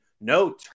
No